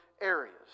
areas